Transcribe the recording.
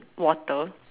water